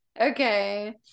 okay